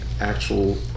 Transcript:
actual